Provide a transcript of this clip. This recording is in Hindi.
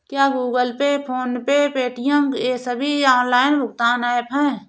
क्या Google Pay PhonePe Paytm ये सभी ऑनलाइन भुगतान ऐप हैं?